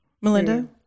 Melinda